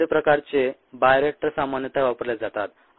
विविध प्रकारचे बायोरिएक्टर सामान्यतः वापरले जातात